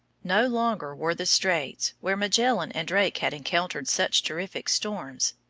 no longer were the straits, where magellan and drake had encountered such terrific storms,